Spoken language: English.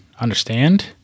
understand